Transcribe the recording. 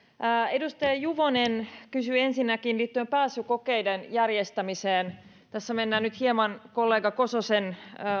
edustaja juvonen kysyi pääsykokeiden järjestämiseen liittyen tässä mennään nyt hieman myöskin kollega kososen